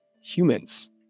humans